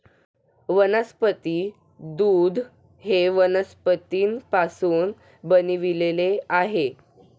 वनस्पती दूध हे वनस्पतींपासून बनविलेले दूध आहे